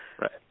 Right